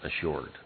assured